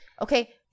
Okay